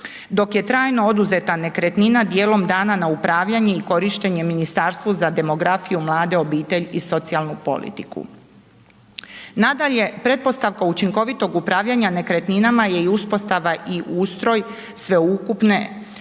dok je trajno oduzeta nekretnina dijelom dana na upravljanje i korištenje Ministarstvu za demografiju, mlade, obitelj i socijalnu politiku. Nadalje, pretpostavka učinkovitog upravljanja nekretninama je i uspostava i ustroj sveukupne,